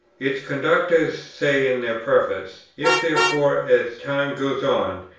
its conductors say in their preface if therefore as time goes on,